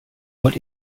what